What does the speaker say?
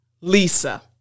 Lisa